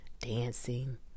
dancing